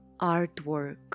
artwork